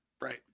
Right